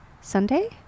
Sunday